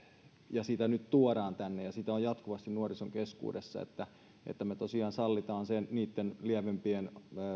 ja sitä nyt tuodaan tänne ja sitä on jatkuvasti nuorison keskuudessa niin me tosiaan sallimme niitten lievempien